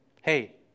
hey